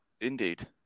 Indeed